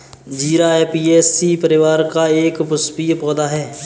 जीरा ऍपियेशी परिवार का एक पुष्पीय पौधा है